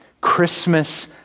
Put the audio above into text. Christmas